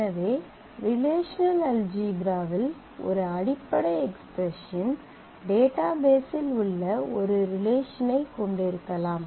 எனவே ரிலேஷனல் அல்ஜீப்ராவில் ஒரு அடிப்படை எக்ஸ்பிரஸன் டேட்டாபேஸில் உள்ள ஒரு ரிலேஷனைக் கொண்டிருக்கலாம்